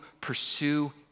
pursue